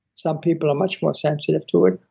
some people are much more sensitive to it.